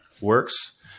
works